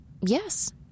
yes